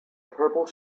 purple